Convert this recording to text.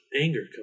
anger